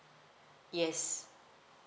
yes